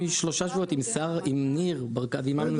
משלושה שבועות עם ניר ברקת ועם אמנון.